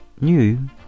new